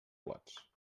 plats